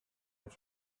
out